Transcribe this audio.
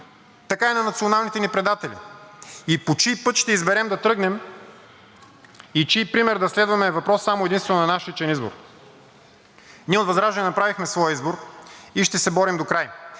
така и на националните ни предатели, и по чий път ще изберем да тръгнем и чий пример да следваме, е въпрос само и единствено на наш личен избор. Ние от ВЪЗРАЖДАНЕ направихме своя избор и ще се борим докрай.